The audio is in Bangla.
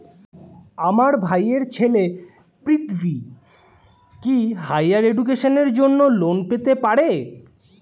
আমার ভাইয়ের ছেলে পৃথ্বী, কি হাইয়ার এডুকেশনের জন্য লোন পেতে পারে?